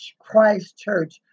Christchurch